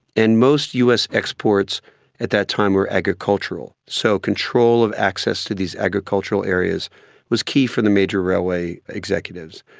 and most us exports at that time were agricultural, so control of access to these agricultural areas was key for the major railway executives.